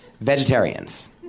Vegetarians